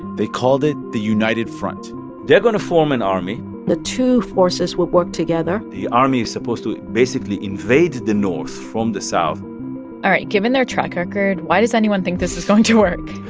they called it the united front they're going to form an army the two forces will work together the army is supposed to, basically, invade the north from the south all right. given their track record, why does anyone think this is going to work?